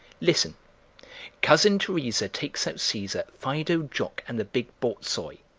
listen cousin teresa takes out caesar, fido, jock, and the big borzoi.